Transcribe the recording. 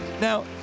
Now